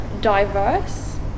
diverse